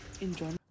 enjoy